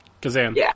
Kazan